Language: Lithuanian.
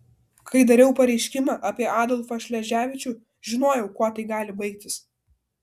kai dariau pareiškimą apie adolfą šleževičių žinojau kuo tai gali baigtis